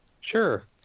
Sure